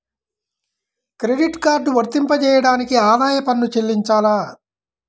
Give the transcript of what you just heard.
Credit card వర్తింపజేయడానికి ఆదాయపు పన్ను చెల్లించాలా?